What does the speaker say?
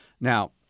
Now